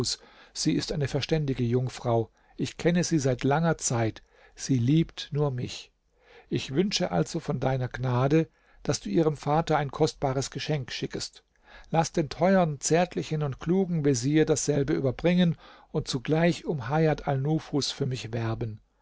sie ist eine verständige jungfrau ich kenne sie seit langer zeit sie liebt nur mich ich wünsche also von deiner gnade daß du ihrem vater ein kostbares geschenk schickest laß den teuern zärtlichen und klugen vezier dasselbe überbringen und zugleich um hajat alnufus für mich werben